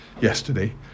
yesterday